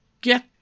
get